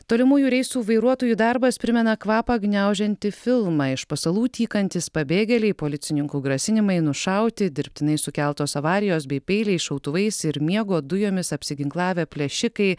tolimųjų reisų vairuotojų darbas primena kvapą gniaužiantį filmą iš pasalų tykantys pabėgėliai policininkų grasinimai nušauti dirbtinai sukeltos avarijos bei peiliais šautuvais ir miego dujomis apsiginklavę plėšikai